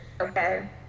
okay